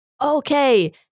Okay